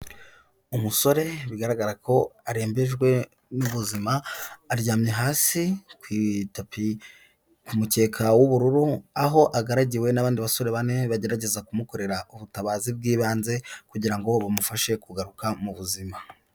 Umusore bigaragara ko arembejwe n'ubuzima, aryamye hasi ku mukeka w'ubururu aho agaragiwe n'abandi basore bane bagerageza kumukorera ubutabazi bw'ibanze kugira ngo bumufashe kugaruka mu buzima.